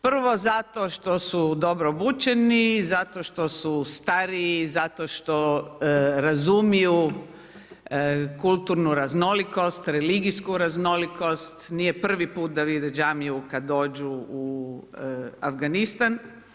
Prvo zato što su dobro obučeni, zato što su stariji, zato što razumiju kulturnu raznolikost, religijsku raznolikost, nije prvi put da više džamiju kada dođu u Afganistan.